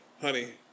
honey